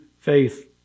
faith